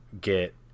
get